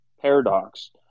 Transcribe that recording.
Paradox